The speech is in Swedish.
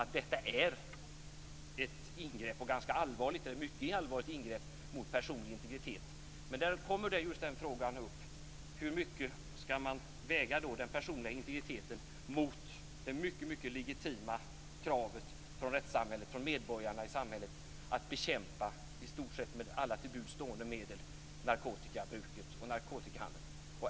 Detta är ett mycket allvarligt ingrepp mot den personliga integriteten. Men hur mycket skall man väga den personliga integriteten mot det mycket legitima kravet från medborgarna i samhället på att man med alla till buds stående medel skall bekämpa narkotikamissbruket och narkotikahandeln?